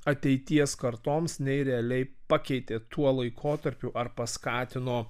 ateities kartoms nei realiai pakeitė tuo laikotarpiu ar paskatino